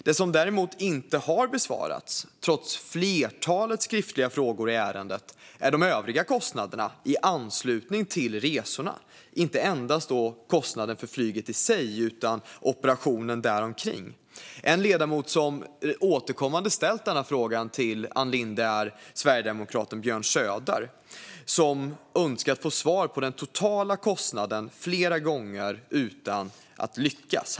Vad som däremot inte besvarats, trots ett flertal skriftliga frågor i ärendet, är frågan om de övriga kostnaderna i anslutning till resorna - inte endast för flyget i sig utan för operationen däromkring. En ledamot som återkommande ställt denna fråga till Ann Linde är sverigedemokraten Björn Söder, som önskat få svar om den totala kostnaden flera gånger utan att lyckas.